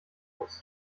box